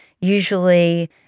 usually